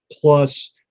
plus